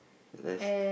the rest